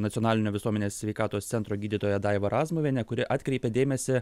nacionalinio visuomenės sveikatos centro gydytoja daiva razmuvienė kuri atkreipė dėmesį